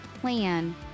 plan